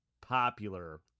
popular